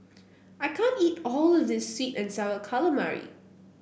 I can't eat all of this sweet and sour calamari